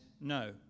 no